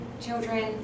children